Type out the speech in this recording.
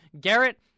Garrett